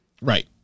Right